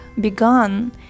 begun